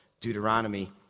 Deuteronomy